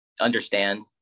understand